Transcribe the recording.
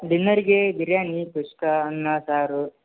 ಡಿನ್ನರಿಗೆ ಬಿರ್ಯಾನಿ ಕುಷ್ಕ ಅನ್ನ ಸಾರು